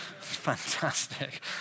Fantastic